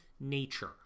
nature